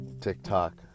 TikTok